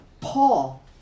Paul